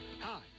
hi